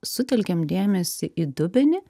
sutelkiam dėmesį į dubenį